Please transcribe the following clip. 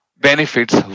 benefits